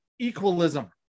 equalism